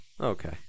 okay